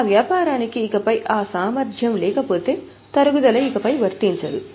ఆ వ్యాపారానికి ఇకపై ఆ సామర్థ్యం లేకపోతే తరుగుదల ఇకపై వర్తించదు